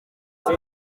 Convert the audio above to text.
abo